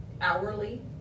hourly